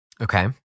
okay